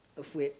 afraid